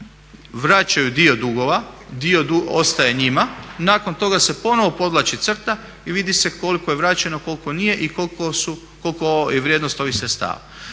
vraćaju dio dugova, dio ostaje njima. Nakon toga se ponovo podvlači crta i vidi se koliko je vraćeno, koliko nije i koliko je vrijednost ovih sredstava.